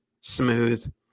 smooth